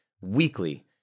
weekly